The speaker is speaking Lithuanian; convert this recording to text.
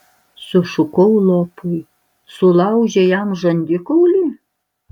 sušukau lopui sulaužei jam žandikaulį